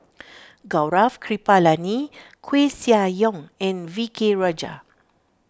Gaurav Kripalani Koeh Sia Yong and V K Rajah